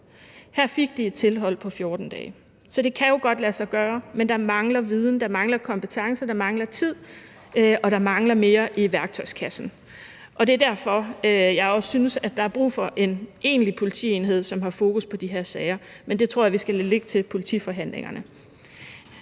Her fik de et tilhold på 14 dage. Så det kan jo godt lade sig gøre, men der mangler viden, der mangler kompetence, der mangler tid, og der mangler mere i værktøjskassen. Kl. 11:25 Det er derfor, jeg også synes, at der er brug for en egentlig politienhed, som har fokus på de her sager, men det tror jeg vi skal lade ligge til politiforhandlingerne